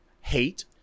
hate